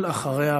ואחריה,